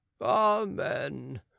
amen